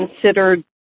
considered